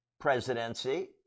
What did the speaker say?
presidency